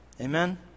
Amen